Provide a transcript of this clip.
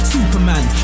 Superman